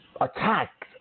attacked